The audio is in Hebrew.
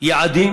יעדים